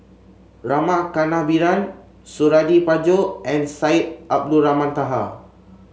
Rama Kannabiran Suradi Parjo and Syed Abdulrahman Taha